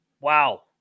Wow